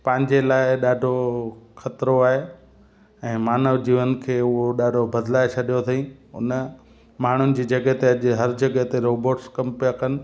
पंहिंजे लाइ ॾाढो ख़तिरो आहे ऐं मानव जीवन खे उहो ॾाढो बदिलाइ छॾियो अथईं उन माण्हुनि जी जॻहि ते अॼु हर जॻहि ते रोबोट्स कमु पिया कनि